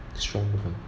strong women